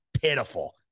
pitiful